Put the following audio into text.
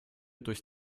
durch